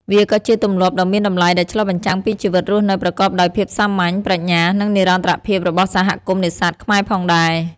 វាក៏ជាទម្លាប់ដ៏មានតម្លៃដែលឆ្លុះបញ្ចាំងពីជីវិតរស់នៅប្រកបដោយភាពសាមញ្ញ ប្រាជ្ញា និងនិរន្តរភាពរបស់សហគមន៍នេសាទខ្មែរផងដែរ។